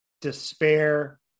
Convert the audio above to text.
despair